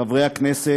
חברי הכנסת,